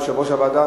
יושב-ראש הוועדה,